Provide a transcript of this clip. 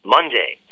Monday